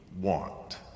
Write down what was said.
want